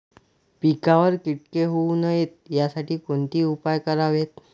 पिकावर किटके होऊ नयेत यासाठी कोणते उपाय करावेत?